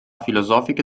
filosofiche